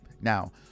Now